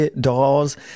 dolls